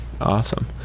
Awesome